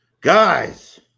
guys